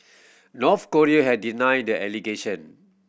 North Korea has denied the allegation